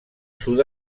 sud